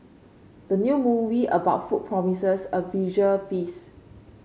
the new movie about food promises a visual feast